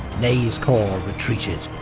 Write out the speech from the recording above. ney's corps retreated.